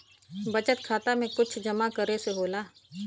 बचत खाता मे कुछ जमा करे से होला?